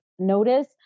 notice